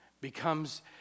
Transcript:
becomes